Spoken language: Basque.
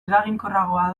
eraginkorragoa